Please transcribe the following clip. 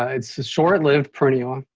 ah it's a short-lived perennial.